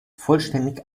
vollständig